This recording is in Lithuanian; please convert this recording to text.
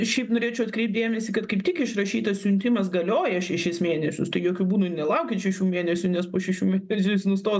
šiaip norėčiau atkreipt dėmesį kad kaip tik išrašytas siuntimas galioja šešis mėnesius tai jokiu būdu nelaukit šešių mėnesių nes po šešių mėnesių jis nustos